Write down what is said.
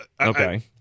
Okay